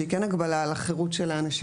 שהיא כן הגבלה על החירות של האנשים,